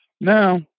Now